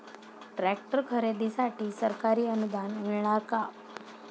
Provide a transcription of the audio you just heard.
Tractor खरेदीसाठी सरकारी अनुदान मिळणार का?